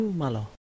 malo